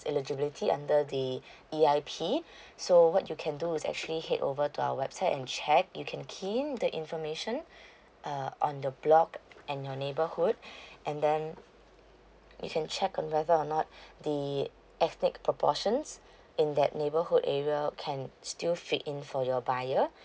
buyer eligibility under E_I_P so what you can do is actually head over to our website and check you can key in the information uh on the block and your neighborhood and then you can check on whether or not the uh ethnic proportion in that neighborhood area can still fit in for your buyer